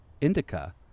Indica